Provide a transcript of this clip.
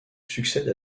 succède